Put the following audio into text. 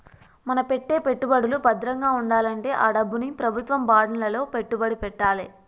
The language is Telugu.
మన పెట్టే పెట్టుబడులు భద్రంగా వుండాలంటే ఆ డబ్బుని ప్రభుత్వం బాండ్లలో పెట్టుబడి పెట్టాలే